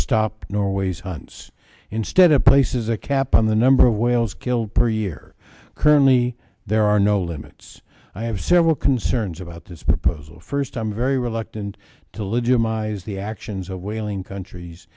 stop norway's hunts instead it places a cap on the number of whales killed per year currently there are no limits i have several concerns about this proposal first i'm very reluctant to legitimize the actions of whaling countries